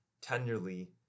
tenderly